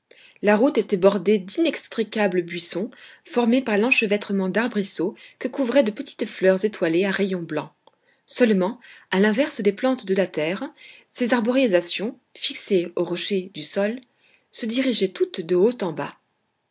la route était bordée d'inextricables buissons formés par l'enchevêtrement d'arbrisseaux que couvraient de petites fleurs étoilées à rayons blancs seulement à l'inverse des plantes de la terre ces arborisations fixées aux rochers du sol se dirigeaient toutes de haut en bas